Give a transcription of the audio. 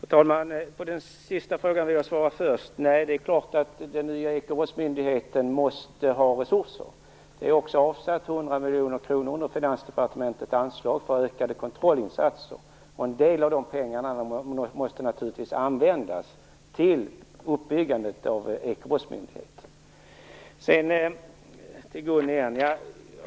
Fru talman! Jag tar den sista frågan först. Nej. Det är klart att den nya ekobrottsmyndigheten måste ha resurser. 100 miljoner kronor är avsatta under Finansdepartementets anslag för ökade kontrollinsatser. En del av de pengarna måste naturligtvis användas till uppbyggandet av ekobrottsmyndigheten.